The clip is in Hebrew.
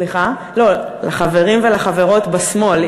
סליחה, לא, לחברים ולחברות בשמאל.